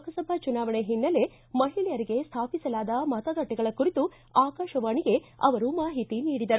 ಲೋಕಸಭಾ ಚುನಾವಣೆ ಹಿನ್ನೆಲೆ ಮಹಿಳೆಯರಿಗೆ ಸ್ಥಾಪಿಸಲಾದ ಮತಗಟ್ಟೆಗಳ ಕುರಿತು ಆಕಾಶವಾಣಿಗೆ ಅವರು ಮಾಹಿತಿ ನೀಡಿದರು